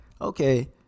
Okay